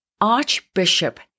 Archbishop